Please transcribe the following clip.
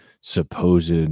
supposed